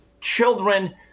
children